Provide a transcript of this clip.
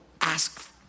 ask